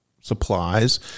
supplies